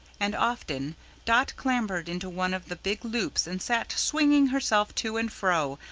and often dot clambered into one of the big loops and sat swinging herself to and fro,